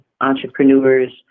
entrepreneurs